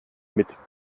mit